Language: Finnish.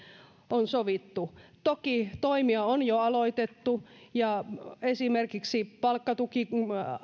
on sovittu toki toimia on jo aloitettu esimerkiksi palkkatukiasiat ovat